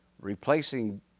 Replacing